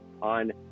on